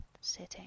sitting